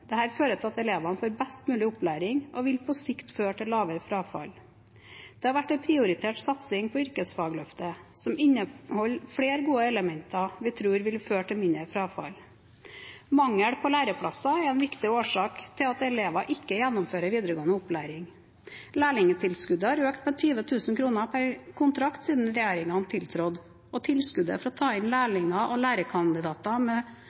fører til at elevene får best mulig opplæring, og vil på sikt føre til lavere frafall. Det har vært en prioritert satsing på yrkesfagløftet som inneholder flere gode elementer vi tror vil føre til mindre frafall. Mangel på læreplasser er en viktig årsak til at elever ikke gjennomfører videregående opplæring. Lærlingtilskuddet har økt med 20 000 kr per kontrakt siden regjeringen tiltrådte, og tilskuddet for å ta inn